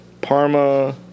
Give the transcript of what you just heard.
parma